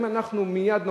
אם אנחנו מייד נוקטים,